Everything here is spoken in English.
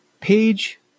Page